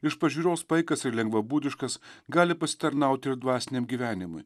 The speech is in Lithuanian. iš pažiūros paikas ir lengvabūdiškas gali pasitarnauti ir dvasiniam gyvenimui